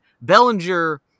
Bellinger